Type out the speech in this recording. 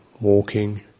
walking